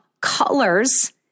colors